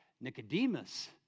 Nicodemus